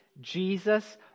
Jesus